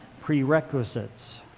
prerequisites